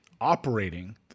operating